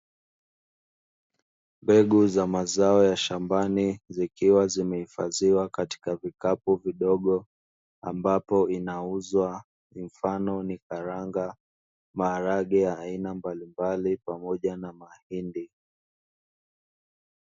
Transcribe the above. Mbegu za mazao ya shambani zikiwa zimeifadhiwa katika vikapu vidogo ambapo vinauzwa mfano ni karanga, maharage ya aina mbalimbali pamoja na mahindi.